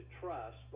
trust